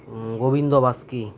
Gobindo Baske